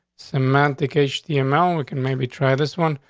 semantic. a shitty amount. we can maybe try this one.